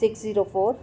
six zero four